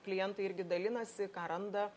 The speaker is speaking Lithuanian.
klientai irgi dalinasi ką randa